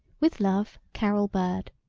with love, carol bird.